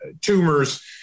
tumors